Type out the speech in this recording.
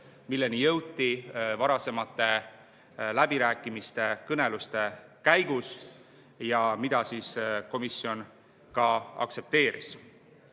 milleni jõuti varasemate läbirääkimiste‑kõneluste käigus ja mida komisjon ka aktsepteeris.